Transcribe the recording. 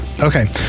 okay